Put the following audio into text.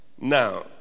Now